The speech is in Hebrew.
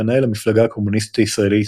פנה אל המפלגה הקומוניסטית הישראלית